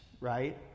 right